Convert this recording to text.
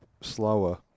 slower